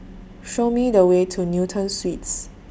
Show Me The Way to Newton Suites